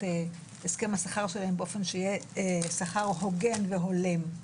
הסכם השכר שלהם באופן שיהיה שכר הוגן והולם,